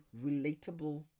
relatable